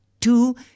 two